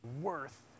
Worth